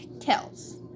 kills